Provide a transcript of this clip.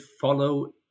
follow